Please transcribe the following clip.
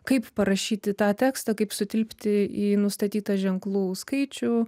kaip parašyti tą tekstą kaip sutilpti į nustatytą ženklų skaičių